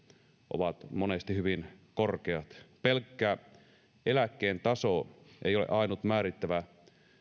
ovat monesti hyvin korkeat pelkkä eläkkeen taso ei ole ainut määrittävä